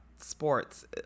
sports